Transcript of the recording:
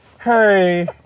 Hey